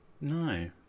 no